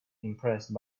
impressed